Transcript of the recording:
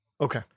Okay